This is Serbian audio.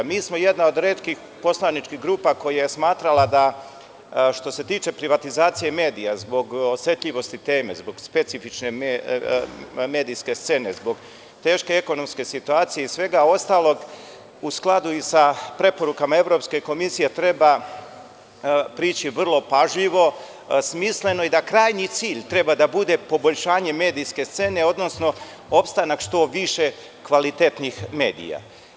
Mi smo jedna od retkih poslaničkih grupa koje je smatrala, što se tiče privatizacije medija, zbog osetljivosti teme, zbog specifične medijske scene, zbog teške ekonomske situacije i svega ostalog, u skladu i sa preporukama Evropske komisije, da treba prići vrlo pažljivo, smisleno i da krajnji cilj treba da bude poboljšanje medijske scene, odnosno opstanak što više kvalitetnih medija.